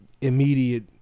Immediate